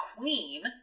queen